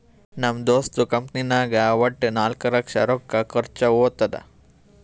ನಮ್ ದೋಸ್ತದು ಕಂಪನಿನಾಗ್ ವಟ್ಟ ನಾಕ್ ಲಕ್ಷ ರೊಕ್ಕಾ ಖರ್ಚಾ ಹೊತ್ತುದ್